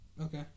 Okay